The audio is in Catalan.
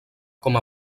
com